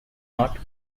not